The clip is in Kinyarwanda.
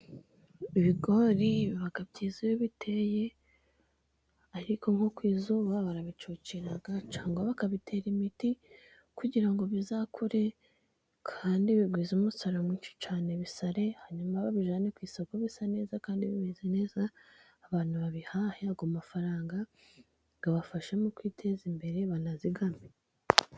Ibigori biba byiza iyo biteye ariko nko ku izuba barabicucira cyangwa bakabitera imiti kugira ngo bizakure kandi bigwize umusaruro mwinshi cyane bisare. Hanyuma babijyane ku isoko bisa neza kandi bimeze neza abantu babihahe, ayo mafaranga abafashe mu kwiteza imbere banazigame.